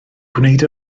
gwneud